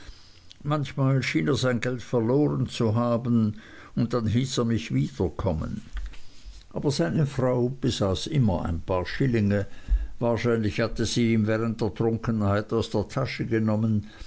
manchmal schien er sein geld verloren zu haben und dann hieß er mich wiederkommen aber seine frau besaß immer ein paar schillinge wahrscheinlich hatte sie sie ihm während der trunkenheit aus der tasche genommen